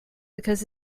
because